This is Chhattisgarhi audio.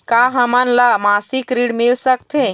का हमन ला मासिक ऋण मिल सकथे?